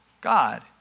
God